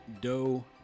dough